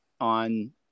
on